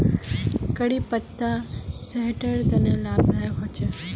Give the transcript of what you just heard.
करी पत्ता सेहटर तने लाभदायक होचे